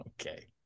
Okay